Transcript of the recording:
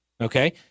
okay